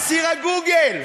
תעשי רק גוגל, לא יותר מזה.